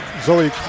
Zoe